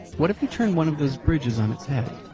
what if he turned one of those bridges on its head?